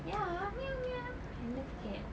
ya meow meow I love cats